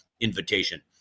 invitation